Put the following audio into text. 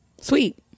Sweet